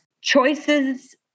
choices